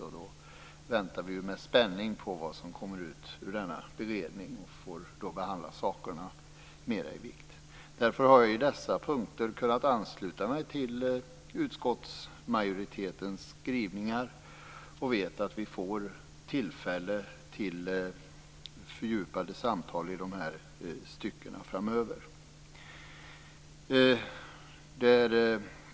Vi väntar med spänning på vad som kommer ut av denna utredning, och vi kommer att få behandla dessa saker mer. Därför har jag på dessa punkter kunnat ansluta mig till utskottsmajoritetens skrivningar. Jag vet att vi får tillfälle till fördjupade samtal i dessa stycken framöver.